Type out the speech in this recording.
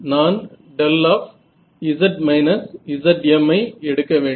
நான் δz − zm ஐ எடுக்க வேண்டும்